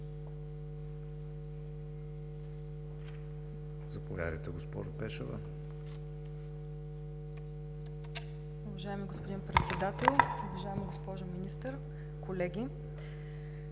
Заповядайте, госпожо Пешева.